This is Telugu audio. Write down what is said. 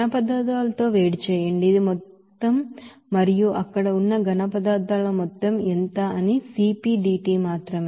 సాలీడ్స్ తో వేడి చేయండి ఇది ఈ మొత్తం మరియు అక్కడ ఉన్న సాలీడ్స్ మొత్తం ఎంత అని CPdT మాత్రమే